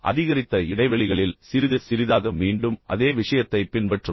அதிகரித்த இடைவெளிகளில் சிறிது சிறிதாக மீண்டும் அதே விஷயத்தைப் பின்பற்றவும்